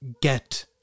get